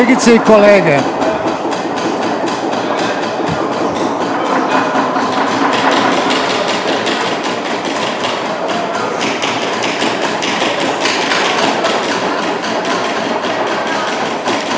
Kolegice i kolege.